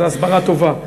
אז ההסברה טובה,